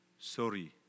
sorry